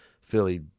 Philly